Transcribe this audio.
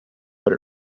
but